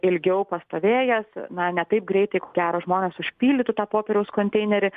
ilgiau pastovėjęs na ne taip greitai ko gero žmonės užpildytų tą popieriaus konteinerį